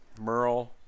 Merle